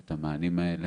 את המענים האלה.